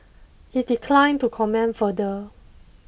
it declined to comment further